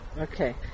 okay